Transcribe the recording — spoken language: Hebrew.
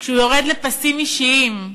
כשהוא יורד לפסים אישיים,